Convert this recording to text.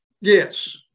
yes